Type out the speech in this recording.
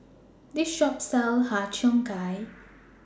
This Shop sells Har Cheong Gai